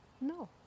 No